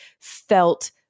felt